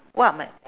what are my